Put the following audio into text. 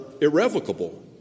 irrevocable